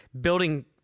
building